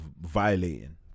violating